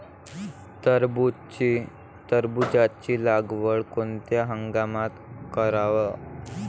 टरबूजाची लागवड कोनत्या हंगामात कराव?